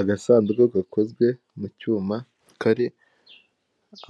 Agasanduku gakozwe mu cyuma kari